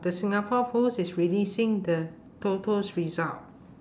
the singapore post is releasing the toto's result